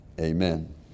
Amen